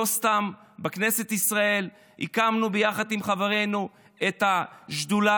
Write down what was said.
לא סתם בכנסת ישראל הקמנו יחד עם חברנו את השדולה